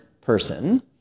person